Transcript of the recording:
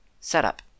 setup